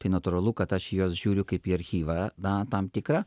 tai natūralu kad aš į juos žiūriu kaip į archyvą na tam tikrą